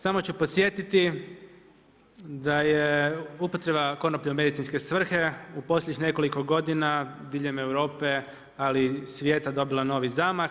Samo ću podsjetiti da je upotreba konoplje u medicinske svrhe u posljednjih nekoliko godina diljem Europe ali i svijeta dobila novi zamah.